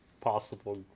possible